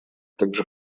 также